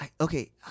Okay